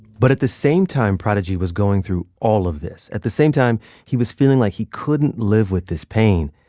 but at the same time prodigy was going through all of this at the same time he was feeling like he couldn't live with this pain,